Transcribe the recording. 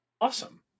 Awesome